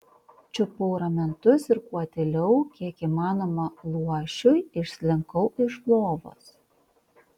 čiupau ramentus ir kuo tyliau kiek įmanoma luošiui išslinkau iš lovos